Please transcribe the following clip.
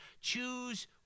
Choose